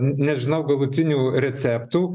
nežinau galutinių receptų